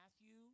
Matthew